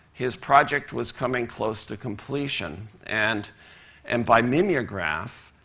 his project was coming close to completion. and and by mimeograph,